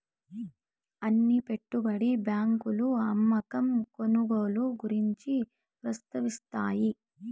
అన్ని పెట్టుబడి బ్యాంకులు అమ్మకం కొనుగోలు గురించి ప్రస్తావిస్తాయి